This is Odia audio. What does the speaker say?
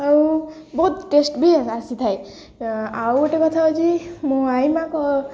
ଆଉ ବହୁତ ଟେଷ୍ଟ ବି ଆସିଥାଏ ଆଉ ଗୋଟେ କଥା ହେଉଛି ମୁଁ ଆଈ ମା'ଙ୍କ